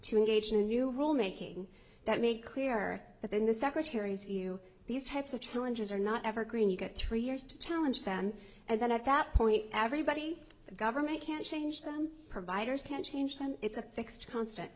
to engage a new rule making that made clearer but then the secretary's you these types of challenges are not evergreen you get three years to challenge them and then at that point everybody the government can't change them providers can't change them it's a fixed constant